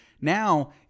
Now